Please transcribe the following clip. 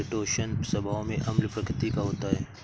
chitosan स्वभाव में अम्ल प्रकृति का होता है